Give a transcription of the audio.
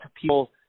people